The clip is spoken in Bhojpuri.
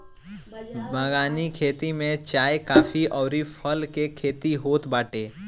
बगानी खेती में चाय, काफी अउरी फल के खेती होत बाटे